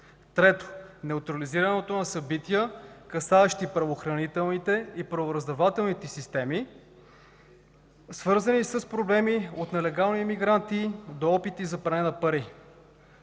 3. неутрализирането на събития, касаещи правоохранителните и правораздавателните системи, свързани с проблеми от нелегални имигранти до опити за пране на пари.